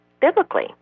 biblically